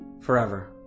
forever